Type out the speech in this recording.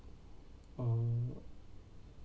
um